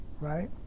Right